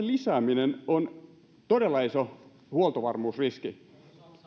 lisääminen on todella iso huoltovarmuusriski